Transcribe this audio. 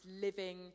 living